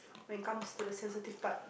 when comes to the sensitive part